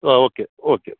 um okay okay